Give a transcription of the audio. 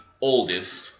oldest